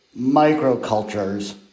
microcultures